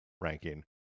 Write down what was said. ranking